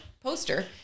poster –